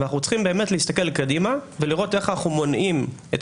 ואנחנו צריכים להסתכל קדימה ולראות איך אנחנו מונעים את